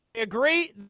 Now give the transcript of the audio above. agree